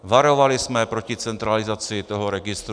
Varovali jsme proti centralizaci toho registru.